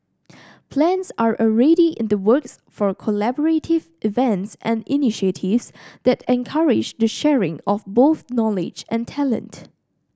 plans are already in the works for collaborative events and initiatives that encourage the sharing of both knowledge and talent